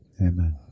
Amen